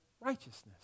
righteousness